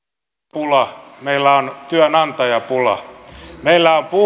ole työvoimapula meillä on työnantajapula meillä on